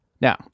Now